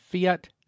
fiat